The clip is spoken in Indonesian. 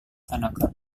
tanaka